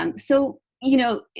um so you know,